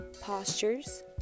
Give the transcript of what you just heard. postures